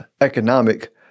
economic